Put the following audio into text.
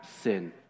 sin